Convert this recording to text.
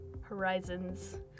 horizons